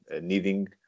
needing